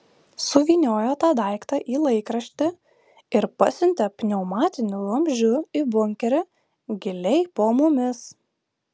suvyniojo tą daiktą į laikraštį ir pasiuntė pneumatiniu vamzdžiu į bunkerį giliai po mumis